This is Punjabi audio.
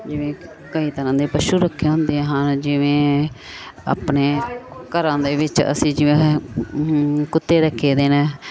ਕਈ ਤਰ੍ਹਾਂ ਦੇ ਪਸ਼ੂ ਰੱਖੇ ਹੁੰਦੇ ਹਨ ਜਿਵੇਂ ਆਪਣੇ ਘਰਾਂ ਦੇ ਵਿੱਚ ਅਸੀਂ ਜਿਵੇਂ ਕੁੱਤੇ ਰੱਖੇ ਦੇ ਨੇ